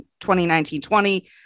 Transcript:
2019-20